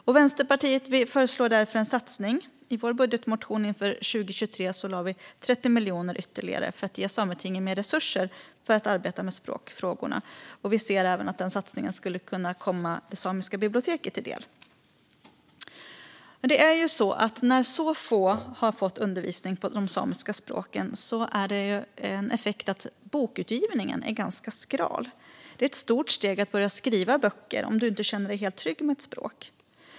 Vi i Vänsterpartiet föreslår därför i vår budgetmotion för 2023 en satsning på ytterligare 30 miljoner för att ge Sametinget mer resurser för att arbeta med språkfrågorna. Vi ser att den satsningen skulle kunna komma även det samiska biblioteket till del. En effekt av att så få har fått undervisning på de samiska språken är att bokutgivningen är ganska skral. Det är ett stort steg att börja skriva böcker om man inte känner sig helt trygg med ett språk.